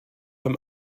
beim